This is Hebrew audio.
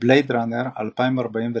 "בלייד ראנר 2049"